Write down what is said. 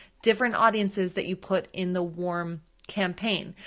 different audiences that you put in the warm campaign,